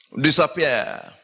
Disappear